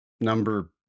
number